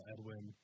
Edwin